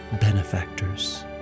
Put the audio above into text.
benefactors